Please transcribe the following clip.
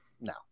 no